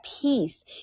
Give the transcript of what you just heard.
peace